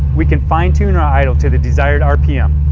we can fine-tune our idle to the desired rpm.